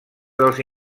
dels